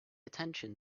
attention